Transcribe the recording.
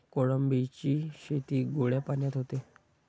कोळंबीची शेती गोड्या पाण्यात होते